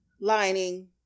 lining